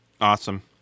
Awesome